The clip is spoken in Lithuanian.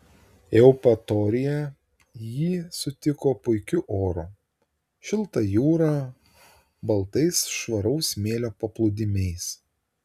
eupatorija jį sutiko puikiu oru šilta jūra baltais švaraus smėlio paplūdimiais